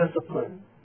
discipline